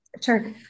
Sure